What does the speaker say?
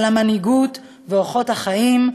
על המנהיגות ואורחות החיים,